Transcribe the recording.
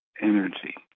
energy